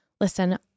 Listen